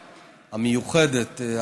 המיוחדת,